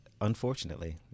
Unfortunately